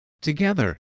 Together